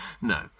no